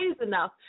enough